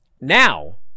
Now